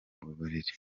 mubiri